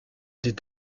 des